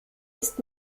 ist